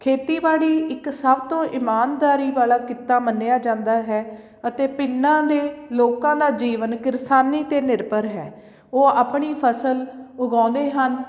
ਖੇਤੀਬਾੜੀ ਇੱਕ ਸਭ ਤੋਂ ਇਮਾਨਦਾਰੀ ਵਾਲਾ ਕਿੱਤਾ ਮੰਨਿਆਂ ਜਾਂਦਾ ਹੈ ਅਤੇ ਪਿੰਡਾਂ ਦੇ ਲੋਕਾਂ ਦਾ ਜੀਵਨ ਕਿਰਸਾਨੀ 'ਤੇ ਨਿਰਭਰ ਹੈ ਉਹ ਆਪਣੀ ਫਸਲ ਉਗਾਉਂਦੇ ਹਨ